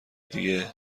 دیگه